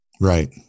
Right